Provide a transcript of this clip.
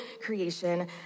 creation